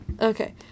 Okay